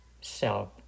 self